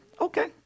Okay